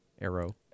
Arrow